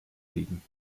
liegen